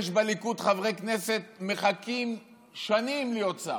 יש בליכוד חברי כנסת שמחכים שנים להיות שר,